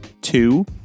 two